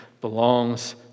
belongs